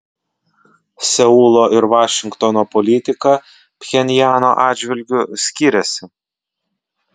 seulo ir vašingtono politika pchenjano atžvilgiu skiriasi